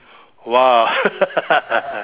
!wah!